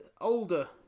older